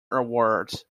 awards